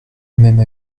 même